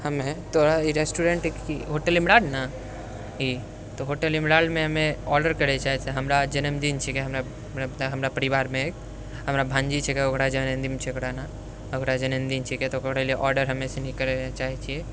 हमे तोरा ई रेस्टोरेन्टके कि होटल इमराल्ड ने ई तऽ होटल इमराल्डमे हमे ऑडर करै चाहै छिकै हमरा जन्मदिन छिकै हमरा हमरा परिवारमे एक हमरा भाँजी छिकै ओकरा जन्मदिन छिकै ओकरा जन्मदिन छिकै तऽ ओकरा लिए ऑडर हमे सनी करैलए चाहै छिए